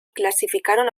clasificaron